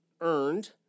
earned